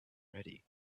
ready